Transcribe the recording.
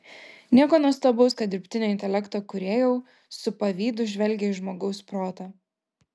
nieko nuostabaus kad dirbtinio intelekto kūrėjau su pavydu žvelgią į žmogaus protą